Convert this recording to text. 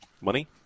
Money